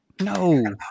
No